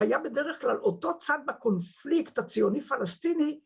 ‫היה בדרך כלל אותו צד ‫בקונפליקט הציוני-פלסטיני,